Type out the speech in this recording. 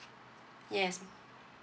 yes